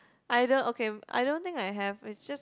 I don't okay I don't think I have it's just